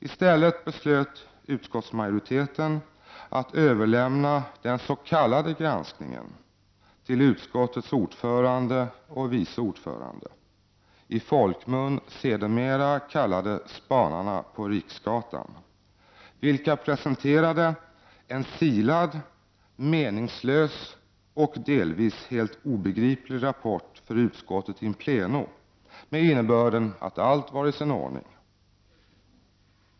; I stället beslöt utskottsmajoriteten att överlämna den s.k. granskningsuppgiften till utskottets ordförande och dess vice ordförande. I folkmun har dessa sedermera kallats för spanarna på Riksgatan. De presenterade en silad, meningslös och delvis helt obegriplig rapport för utskottet in pleno med innebörden att allt var i sin ordning.